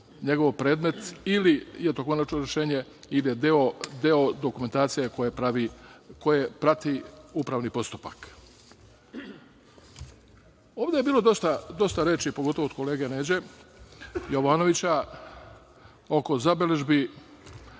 njegov predmet ili je to konačno rešenje i deo dokumentacije koje prati upravni postupak. Ovde je bilo dosta reči, pogotovo od kolege Neđe Jovanovića, oko zabeležbi.